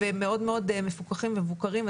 מאוד מאוד מפוקחים ומבוקרים.